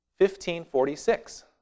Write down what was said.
1546